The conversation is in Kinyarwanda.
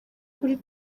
kuri